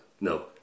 No